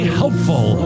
helpful